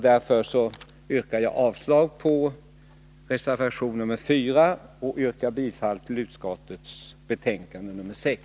Därför yrkar jag avslag på reservation nr 4 och bifall till utskottets hemställan i betänkande nr 6.